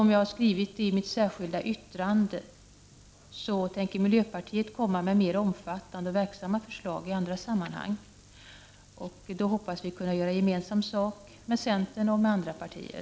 Som jag har skrivit i mitt särskilda yttrande tänker miljöpartiet komma med mera omfattande och verksamma förslag i andra sammanhang. Då hoppas vi kunna göra gemensam sak med centern och andra partier.